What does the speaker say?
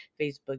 Facebook